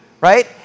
right